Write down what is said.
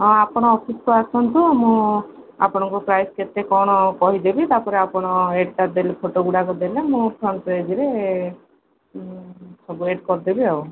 ହଁ ଆପଣ ଅଫିସ୍କୁ ଆସନ୍ତୁ ମୁଁ ଆପଣଙ୍କୁ ପ୍ରାଇସ୍ କେତେ କ'ଣ କହିଦେବି ତା'ପରେ ଆପଣ ଆଡ଼୍ଟା ଦେଲେ ଫଟୋଗୁଡ଼ାକ ଦେଲେ ମୁଁ ଫ୍ରଣ୍ଟ୍ ପେଜ୍ରେ ସବୁ ଆଡ଼୍ କରିଦେବି ଆଉ